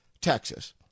Texas